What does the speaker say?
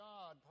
God